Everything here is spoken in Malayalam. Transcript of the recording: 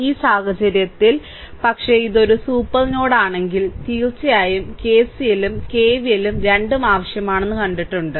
ഈ സാഹചര്യത്തിൽ പക്ഷേ ഇത് ഒരു സൂപ്പർ നോഡാണെങ്കിൽ തീർച്ചയായും കെസിഎല്ലും കെവിഎല്ലും രണ്ടും ആവശ്യമാണെന്ന് കണ്ടിട്ടുണ്ട്